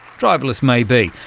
driverless maybe,